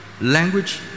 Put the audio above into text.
language